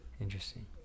interesting